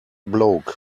bloke